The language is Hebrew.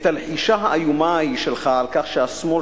את הלחישה האיומה ההיא שלך על כך שהשמאל